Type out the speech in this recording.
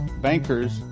bankers